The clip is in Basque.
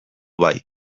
bai